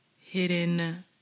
Hidden